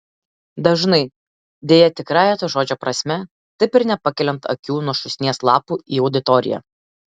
dažnai deja tikrąja to žodžio prasme taip ir nepakeliant akių nuo šūsnies lapų į auditoriją